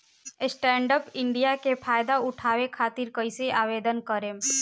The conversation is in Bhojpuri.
स्टैंडअप इंडिया के फाइदा उठाओ खातिर कईसे आवेदन करेम?